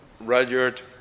Rudyard